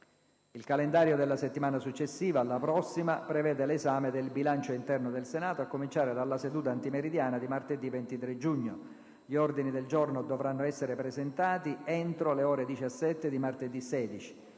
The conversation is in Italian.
Il calendario della settimana successiva alla prossima prevede l'esame del bilancio interno del Senato a cominciare dalla seduta antimeridiana di martedì 23 giugno. Gli ordini del giorno dovranno essere presentati entro le ore 17 di martedì 16.